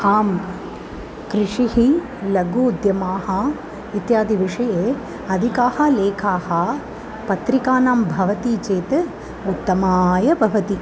आम् कृषिः लघु उद्यमाः इत्यादि विषये अधिकाः लेखाः पत्रिकानां भवति चेत् उत्तमाय भवति